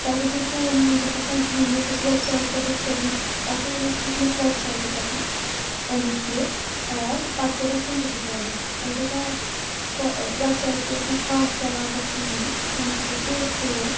تَتہِ اوس نہٕ فون وون تہِ گژھان کِہینۍ یۄس اَسہِ وٮ۪ب سایِٹ پٮ۪ٹھ ٲسۍ کٔرمٕژ اَسہِ حظ اوس وُچھمُت وٮ۪ب سایِٹہِ پٮ۪ٹھ یہِ اَمیُٚک یہِ اَٮ۪ڈ پَتہٕ کوٚر اَسہِ تَمے پٮ۪ٹھ آرڈَر اَلبتہ سۄ وٮ۪ب سایِٹ تہِ ٲسۍ نہٕ خاص چَلان پَتہٕ کِہینۍ نہٕ تَمہِ پَتہٕ حظ گٔیے أسۍ تور